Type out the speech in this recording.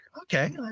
okay